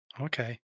Okay